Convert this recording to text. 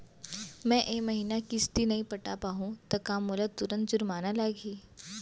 मैं ए महीना किस्ती नई पटा पाहू त का मोला तुरंत जुर्माना लागही?